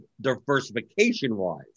diversification-wise